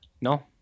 no